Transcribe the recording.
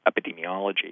epidemiology